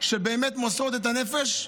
שבאמת מוסרות את הנפש.